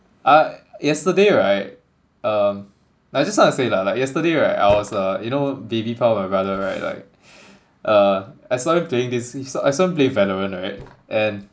I yesterday right um I just wanna say lah like yesterday right I was uh you know baby pile my brother right like uh I saw him playing this I saw him playing valorant right and